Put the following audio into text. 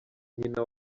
nyina